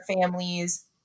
families